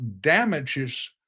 damages